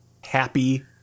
happy